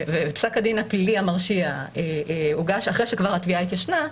ופסק הדין הפלילי המרשיע הוגש אחרי שכבר התביעה התיישנה,